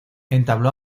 entabló